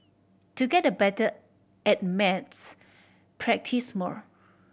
to get a better at maths practice more